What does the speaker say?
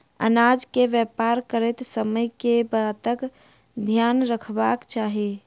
अनाज केँ व्यापार करैत समय केँ बातक ध्यान रखबाक चाहि?